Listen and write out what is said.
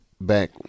back